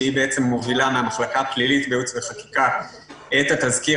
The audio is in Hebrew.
שמובילה מן המחלקה הפלילית בייעוץ וחקיקה את התזכיר.